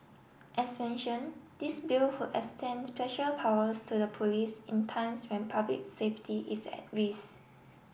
as mentioned this Bill would extend special powers to the police in times when public safety is at risk